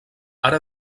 ara